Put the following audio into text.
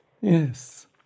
Yes